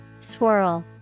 swirl